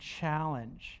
challenge